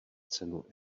cenu